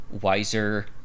wiser